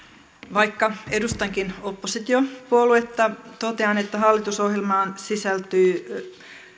vaikka edustankin oppositiopuoluetta totean että hallitusohjelmaan sisältyy jo